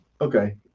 okay